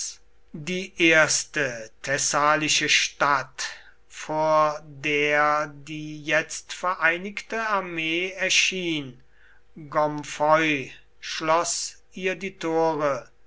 die erste thessalische stadt vor der die jetzt vereinigte armee erschien gomphoi schloß ihr die tore